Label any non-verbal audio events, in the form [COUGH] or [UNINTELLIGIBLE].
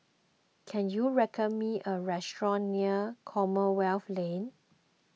can you [UNINTELLIGIBLE] me a restaurant near Commonwealth Lane